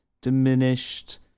diminished